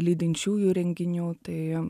lydinčiųjų renginių tai